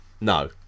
no